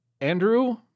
Andrew